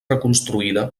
reconstruïda